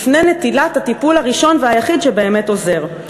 לפני נטילת הטיפול הראשון והיחיד שבאמת עוזר.